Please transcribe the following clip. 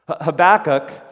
Habakkuk